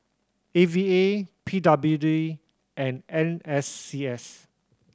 A V A P W D and N S C S